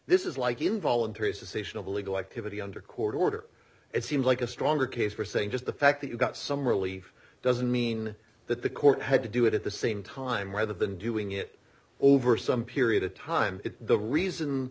this is like involuntary suspicion of illegal activity under court order it seems like a stronger case for saying just the fact that you got some relief doesn't mean that the court had to do it at the same time rather than doing it over some period of time the reason